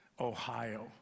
Ohio